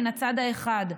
מן הצד האחד,